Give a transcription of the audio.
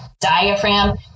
diaphragm